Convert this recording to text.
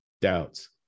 doubts